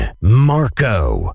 Marco